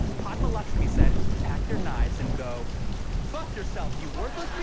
padma lakshmi said, pack your knives and go fuck yourself, you worthless